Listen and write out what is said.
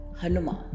Hanuma